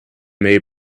made